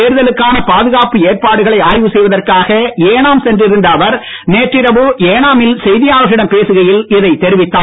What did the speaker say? தேர்தலுக்கான பாதுகாப்பு ஏற்பாடுகளை ஆய்வு செய்வதற்காக ஏனாம் சென்றிருந்த அவர் நேற்றிரவு ஏனாமில் செய்தியாளர்களிடம் பேசுகையில் இதைத் தெரிவித்தார்